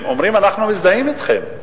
הם אומרים: אנחנו מזדהים אתכם,